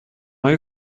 های